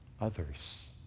others